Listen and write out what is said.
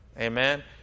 amen